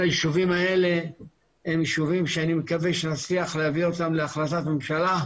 אני חושב שהנושא שבחרת היום כנושא ראשון על סדר-היום של הוועדה,